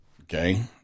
Okay